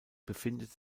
befindet